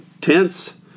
tense